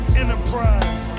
enterprise